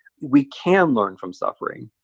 we can learn from suffering,